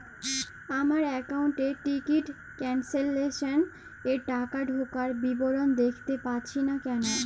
আমার একাউন্ট এ ticket cancellation এর টাকা ঢোকার বিবরণ দেখতে পাচ্ছি না কেন?